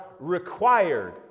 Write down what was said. required